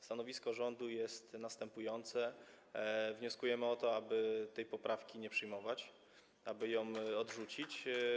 Stanowisko rządu jest następujące: Wnioskujemy o to, aby tej poprawki nie przyjmować, aby ją odrzucić.